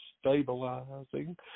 stabilizing